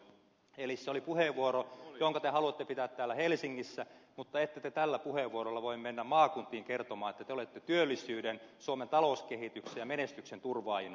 eli se oli puheenvuoro jonka te haluatte pitää täällä helsingissä mutta ette te tällä puheenvuorolla voi mennä maakuntiin kertomaan että te olette työllisyyden suomen talouskehityksen ja menestyksen turvaajina